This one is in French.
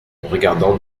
regardant